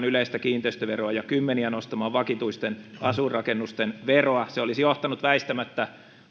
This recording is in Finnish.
yleistä kiinteistöveroa ja kymmeniä nostamaan vakituisten asuinrakennusten veroa se olisi johtanut väistämättä